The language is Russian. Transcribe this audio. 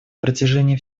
протяжении